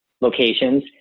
locations